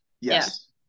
Yes